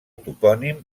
topònim